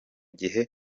gihe